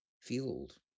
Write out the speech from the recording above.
field